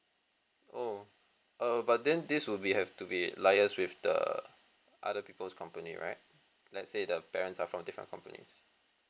oh err but then this will be have to be liaised with the other people's company right let's say the parents are from different companies